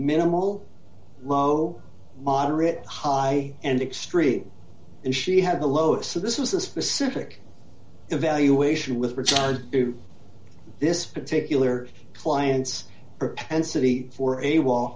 minimal low moderate high and extreme and she had a low so this was a specific evaluation with regard to this particular client's propensity for a while